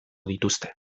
dituzte